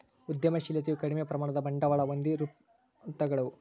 ಉದ್ಯಮಶಿಲತೆಯು ಕಡಿಮೆ ಪ್ರಮಾಣದ ಬಂಡವಾಳ ಹೊಂದಿರುವಂತವುಗಳು